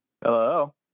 Hello